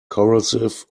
corrosive